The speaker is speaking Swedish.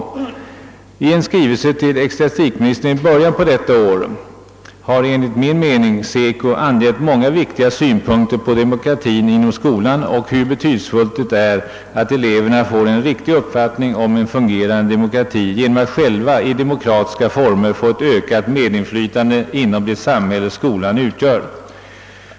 1 cen skrivelse till ecklesiastikministern i början av detta år har SECO, enligt min mening, anfört många viktiga synpunkter på demokratien inom skolan och framhållit betydelsen av att eleverna får en riktig uppfattning om en fungerande demokrati genom att själva i de mokratiska former få ökat medinflytande inom det samhälle skolan utgör.